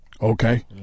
okay